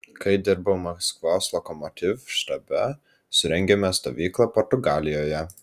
kai dirbau maskvos lokomotiv štabe surengėme stovyklą portugalijoje